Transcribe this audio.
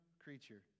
creature